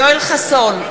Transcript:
יואל חסון,